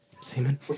Semen